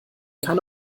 kann